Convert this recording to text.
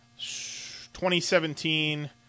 2017